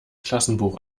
klassenbuch